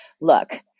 look